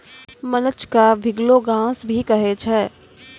mulch क भींगलो घास भी कहै छै